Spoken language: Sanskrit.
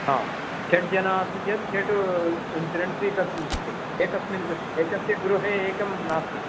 हा षड् जनाः अस्ति चेत् षड् इन्सुरेन्स् स्वीकर्तुं शक्यते एकस्मिन् कृ एकस्य गृहे एकं नास्ति